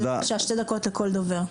אז בבקשה, שתי דקות לכל דובר.